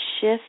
shift